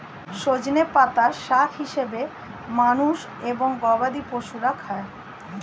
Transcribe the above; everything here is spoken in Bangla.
সজনে পাতা শাক হিসেবে মানুষ এবং গবাদি পশুরা খায়